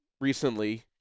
recently